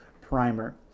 Primer